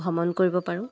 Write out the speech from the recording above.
ভ্ৰমণ কৰিব পাৰোঁ